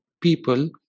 people